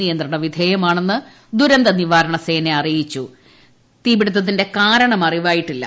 നിയന്ത്രണവിധേയമാണെന്ന് ദുരന്തനിവാരണസേന തീപിടിത്തത്തിന്റെ കാരണം അറിവായിട്ടില്ല